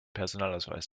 personalausweis